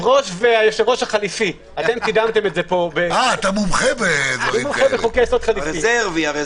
עלתה שאלה בנושא ערעור